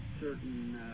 certain